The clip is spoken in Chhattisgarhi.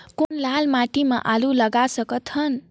कौन लाल माटी म आलू लगा सकत हन?